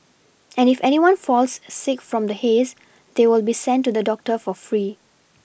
and if anyone falls sick from the haze they will be sent to the doctor for free